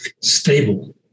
stable